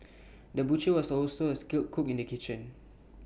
the butcher was also A skilled cook in the kitchen